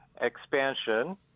expansion